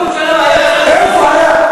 איפה היה?